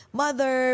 mother